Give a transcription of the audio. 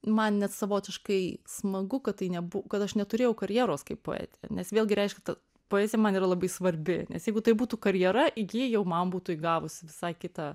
man net savotiškai smagu kad tai nebu kad aš neturėjau karjeros kaip poetė nes vėlgi reiškia kad ta poezija man yra labai svarbi nes jeigu tai būtų karjera ji jau man būtų įgavusi visai kitą